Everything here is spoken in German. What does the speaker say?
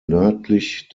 nördlich